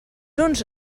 uns